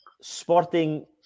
sporting